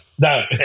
No